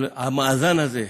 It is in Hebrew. על המאזן הזה: